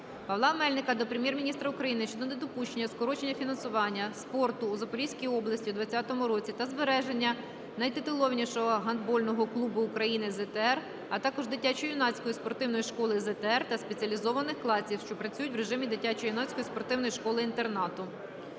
Павла Мельника до Прем'єр-міністра України щодо недопущення скорочення фінансування спорту у Запорізькій області у 20-му році та збереження найтитулованішого гандбольного клубу України "ZTR", а також дитячо-юнацької спортивної школи "ZTR" та спеціалізованих класів, що працюють в режимі дитячо-юнацької спортивної школи-інтернату.